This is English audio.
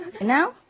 Now